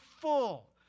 full